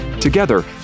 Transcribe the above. Together